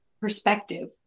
perspective